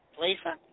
Lisa